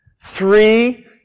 three